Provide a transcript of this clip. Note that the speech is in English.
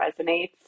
resonates